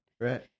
Right